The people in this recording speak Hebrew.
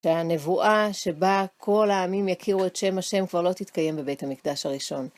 שהנבואה שבה כל העמים יכירו את שם ה' כבר לא תתקיים בבית המקדש הראשון.